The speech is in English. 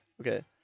Okay